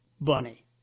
bunny